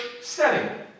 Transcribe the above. setting